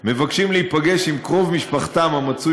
מבקשים להיפגש עם קרוב משפחתם המצוי